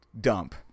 dump